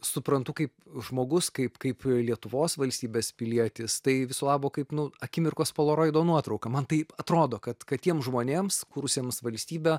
suprantu kaip žmogus kaip kaip lietuvos valstybės pilietis tai viso labo kaip nu akimirkos polaroido nuotrauka man taip atrodo kad kad tiems žmonėms kūrusiems valstybę